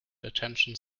detention